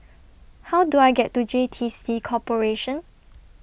How Do I get to J T C Corporation